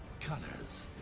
colors,